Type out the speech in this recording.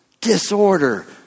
Disorder